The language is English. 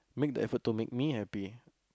make the effort to make me happy